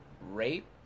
raped